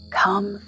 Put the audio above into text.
come